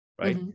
right